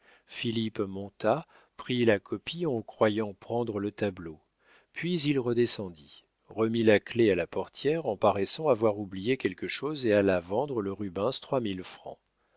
monta prit la copie en croyant prendre le tableau puis il redescendit remit la clef à la portière en paraissant avoir oublié quelque chose et alla vendre le rubens trois mille francs